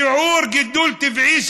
שיעור גידול טבעי,